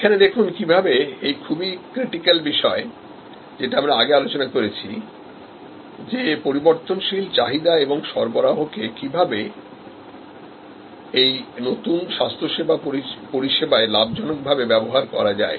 এখন দেখুন কিভাবে এই খুব ক্রিটিকাল বিষয় যেটা আমরা আগে আলোচনা করেছি যে পরিবর্তনশীল চাহিদা এবং সরবরাহকেকিভাবে এই নতুন স্বাস্থ্যসেবা পরিষেবায়লাভজনকভাবেব্যবহার করা যায়